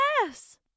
Yes